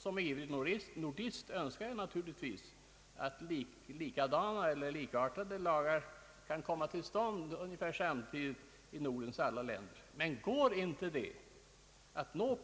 Som ivrig nordist önskar jag naturligtvis att likadana eller likartade lagar kan komma till stånd ungefär samtidigt i Nordens alla länder. Men går det inte att nå